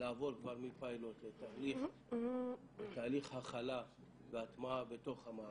לעבור מפיילוט לתהליך הכלה והטמעה בתוך המערכת.